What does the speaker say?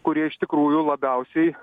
kurie iš tikrųjų labiausiai